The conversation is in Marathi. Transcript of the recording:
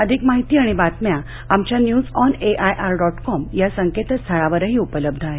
अधिक माहिती आणि बातम्या आमच्या news on A I R dot com या संकेतस्थळावरही उपलब्ध आहेत